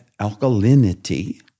alkalinity